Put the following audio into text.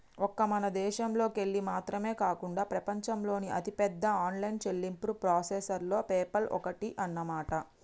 ఒక్క మన దేశంలోకెళ్ళి మాత్రమే కాకుండా ప్రపంచంలోని అతిపెద్ద ఆన్లైన్ చెల్లింపు ప్రాసెసర్లలో పేపాల్ ఒక్కటి అన్నమాట